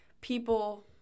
people